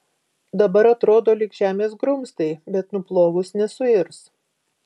dabar atrodo lyg žemės grumstai bet nuplovus nesuirs